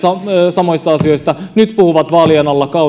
samoista asioista nyt puhuvat vaalien alla